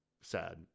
sad